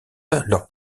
leur